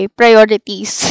priorities